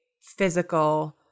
physical